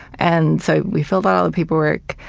and so we filled out all the paperwork,